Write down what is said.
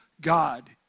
God